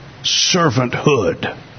servanthood